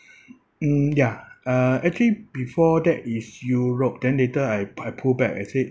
mm ya uh actually before that is europe then later I p~ I pull back I said